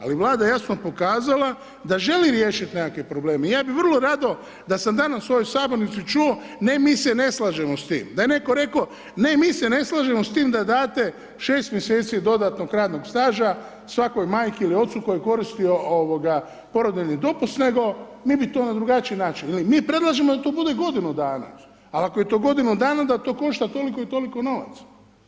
Ali Vlada je jasno pokazala da želi riješiti nekakav problem i ja bi vrlo rado da sam danas u ovoj sabornici čuo ne, mi se ne slažemo s tim, da je netko rekao, ne, mi se ne slažemo s time, da date 6 mj. dodatnog radnog staža svakoj majci ili ocu koji je koristio porodiljni dopust nego mi bi to na drugačiji način ili mi predlažemo da to bude godinu dana ali ako je to godinu dana onda to košta toliko i toliko novaca.